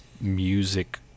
music